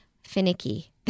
finicky